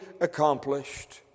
accomplished